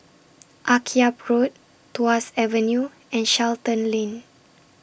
Akyab Road Tuas Avenue and Charlton Lane